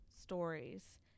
stories